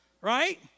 right